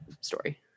story